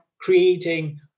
creating